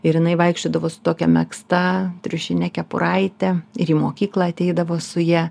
ir jinai vaikščiodavo su tokia megzta triušine kepuraite ir į mokyklą ateidavo su ja